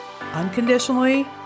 unconditionally